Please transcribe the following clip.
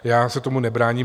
Já se tomu nebráním.